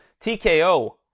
TKO